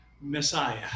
Messiah